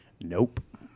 Nope